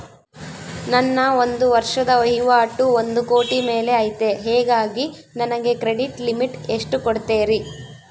ನನ್ನ ಒಂದು ವರ್ಷದ ವಹಿವಾಟು ಒಂದು ಕೋಟಿ ಮೇಲೆ ಐತೆ ಹೇಗಾಗಿ ನನಗೆ ಕ್ರೆಡಿಟ್ ಲಿಮಿಟ್ ಎಷ್ಟು ಕೊಡ್ತೇರಿ?